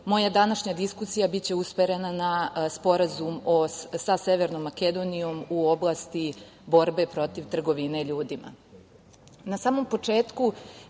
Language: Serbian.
moja današnja diskusija biće usmerena na Sporazum sa Severnom Makedonijom u oblasti borbe protiv trgovine ljudima. Na